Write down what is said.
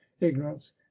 ignorance